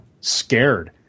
scared